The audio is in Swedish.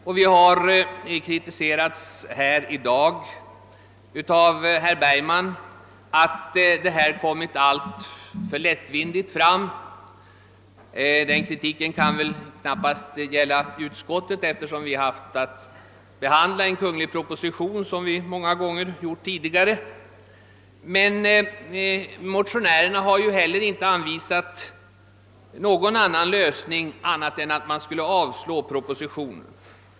Vi har i dag kritiserats av herr Bergman, som ansåg att frågan kommit fram alltför lättvindigt. Den kritiken kan väl knappast gälla utskottet, eftersom vi haft att behandla en kunglig proposition på samma sätt som vi gjort många gånger tidigare. Motionärerna har inte heller anvisat någon annan lösning än att propositionen skulle avslås.